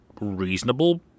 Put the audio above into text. reasonable